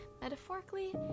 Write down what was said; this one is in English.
metaphorically